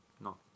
No